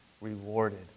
rewarded